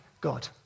God